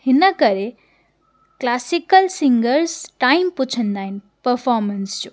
हिन करे classical singers time पुछंदा आहिनि पफॉमेंस जो